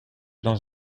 dans